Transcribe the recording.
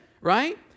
right